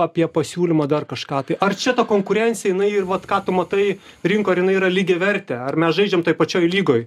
apie pasiūlymą dar kažką tai ar čia ta konkurencija jinai ir vat ką tu matai rinko ar jinai yra lygiavertė ar mes žaidžiam toj pačioj lygoj